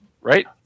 right